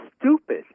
stupid